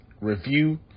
review